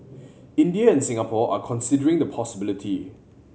India and Singapore are considering the possibility